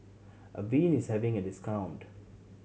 avene is having a discount